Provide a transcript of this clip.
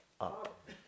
up